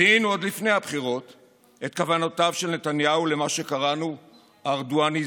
זיהינו עוד לפני הבחירות את כוונותיו של נתניהו למה שקראנו ארדואניזציה,